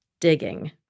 Digging